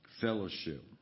Fellowship